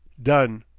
done!